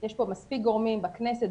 יש פה מספיק גורמים בכנסת,